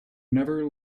never